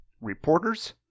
reporters